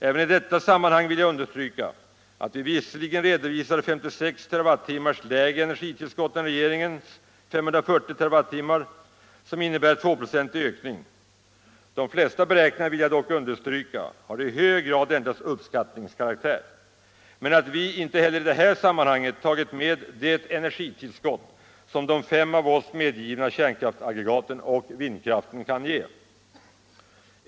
Även i detta sammanhang vill jag understryka att vi visserligen redovisar 56 TWh lägre energitillskott än regeringens 540 TWh, som innebär en tvåprocentig ökning — jag vill dock understryka att de flesta beräkningar har i hög grad endast uppskattningskaraktär — men att vi inte heller i detta sammanhang har tagit med det energitillskott som de fem av oss medgivna kärnkraftsaggregaten och vindkraften kan ge.